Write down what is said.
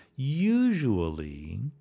usually